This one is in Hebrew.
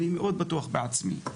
אני מאוד בטוח בעצמי,